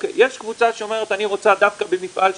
לימודים בסמינרים אלה לימודי תעודה של --- של מה"ט.